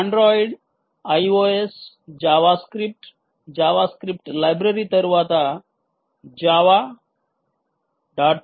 Android iOS JavaScript JavaScript library తరువాత Java node